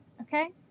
okay